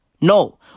No